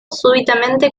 súbitamente